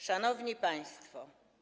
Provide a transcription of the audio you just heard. Szanowni Państwo!